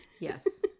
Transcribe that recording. Yes